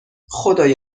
خدای